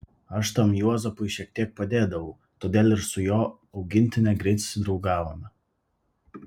aš tam juozapui šiek tiek padėdavau todėl ir su jo augintine greit susidraugavome